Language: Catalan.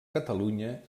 catalunya